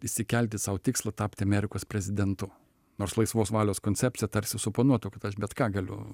išsikelti sau tikslą tapti amerikos prezidentu nors laisvos valios koncepcija tarsi suponuotų kad aš bet ką galiu